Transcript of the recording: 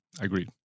Agreed